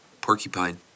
porcupine